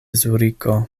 zuriko